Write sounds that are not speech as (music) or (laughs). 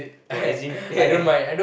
no as in (laughs)